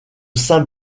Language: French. saint